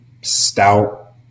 stout